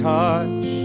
touch